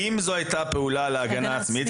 מנהל לא זורק אבנים, מה זאת הגנה עצמית?